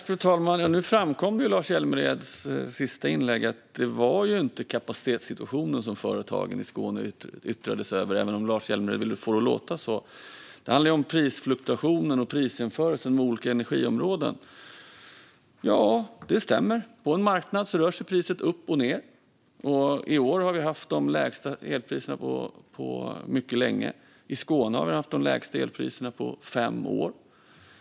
Fru talman! Nu framkom det i Lars Hjälmereds sista inlägg att det inte var kapacitetssituationen som företagen i Skåne yttrade sig över, även om Lars Hjälmered ville få det att låta så. Det handlar om prisfluktuationer och prisjämförelser mellan olika energiområden. Ja, det stämmer: På en marknad rör sig priset upp och ned, och i år har vi haft de lägsta elpriserna på mycket länge. I Skåne har vi haft de lägsta elpriserna på fem år.